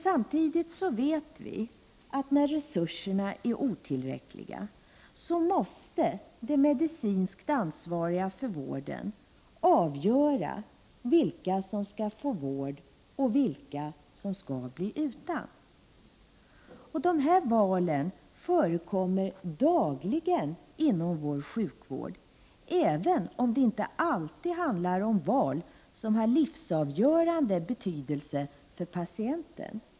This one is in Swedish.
Samtidigt vet vi emellertid att när resurserna är otillräckliga måste de medicinskt vårdansvariga avgöra vilka som skall få vård och vilka som skall bli utan. Dessa val förekommer dagligen inom vår sjukvård, även om det inte alltid handlar om val som har livsavgörande betydelse för patienten.